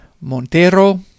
Montero